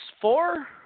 four